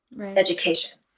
education